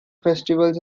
festivals